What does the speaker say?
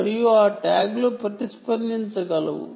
మరియ ఆ ట్యాగ్లు ప్రతిస్పందించగలవు